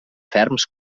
ferms